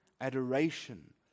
adoration